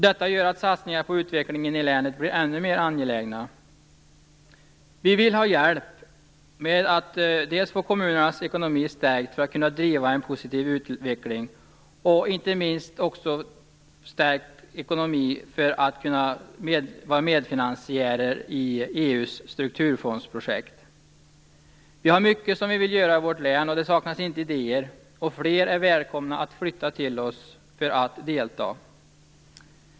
Detta gör att satsningar på utvecklingen i länet blir ännu mera angelägna. Vi vill ha hjälp dels med att få kommunernas ekonomi stärkt för att kunna driva en positiv utveckling, dels, och inte minst, med att få en stärkt ekonomi för att kunna vara medfinansiärer när det gäller EU:s strukturfondsprojekt. Det finns mycket som vi vill göra i vårt län. Det saknas inte idéer. Fler är välkomna att flytta till oss för att delta.